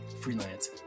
freelance